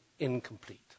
Incomplete